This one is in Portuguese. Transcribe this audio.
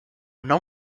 não